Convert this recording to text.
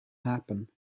happen